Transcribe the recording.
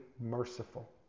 merciful